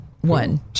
One